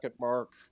mark